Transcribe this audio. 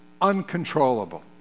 uncontrollable